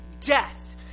death